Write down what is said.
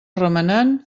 remenant